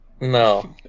no